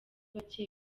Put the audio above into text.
bake